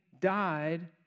died